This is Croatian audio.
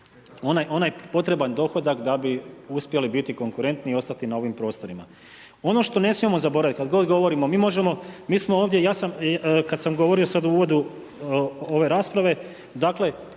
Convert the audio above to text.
onaj potreban dohodak da bi uspjeli biti konkurentni i ostati na ovim prostorima. Ono što ne smijemo zaboraviti kad god govorimo, mi možemo, mi smo ovdje, ja sam kad sam govorio sad u uvodu ove rasprave, dakle